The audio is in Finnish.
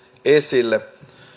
esille